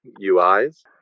UIs